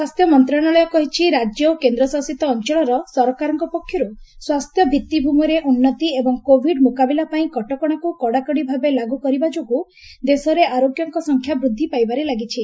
ସ୍ୱାସ୍ଥ୍ୟ ମନ୍ତ୍ରଣାଳୟ କହିଛି ରାଜ୍ୟ ଓ କେନ୍ଦ୍ରଶାସିତ ଅଞ୍ଚଳର ସରକାରଙ୍କ ପକ୍ଷରୁ ସ୍ୱାସ୍ଥ୍ୟ ଭିଭି଼ମିରେ ଉନ୍ନତି ଏବଂ କୋଭିଡ୍ ମ୍ରକାବିଲା ପାଇଁ କଟକଣାକୁ କଡ଼ାକଡ଼ି ଭାବେ ଲାଗୁ କରିବା ଯୋଗୁଁ ଦେଶରେ ଆରୋଗ୍ୟଙ୍କ ସଂଖ୍ୟା ବୃଦ୍ଧି ପାଇବାରେ ଲାଗିଛି